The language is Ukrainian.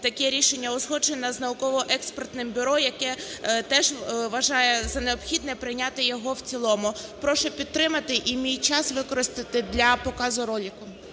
таке рішення узгоджене з Науково-експертним бюро, яке теж вважає за необхідне прийняти його в цілому. Прошу підтримати і мій час використати для показу ролику.